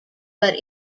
but